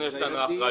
אנחנו יש לנו אחריות.